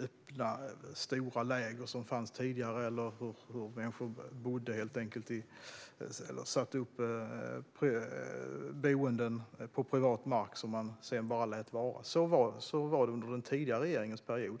öppna stora läger som tidigare fanns. Människor satte upp boenden på privat mark som de sedan bara lät vara där. Så var det under den tidigare regeringens period.